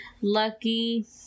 Lucky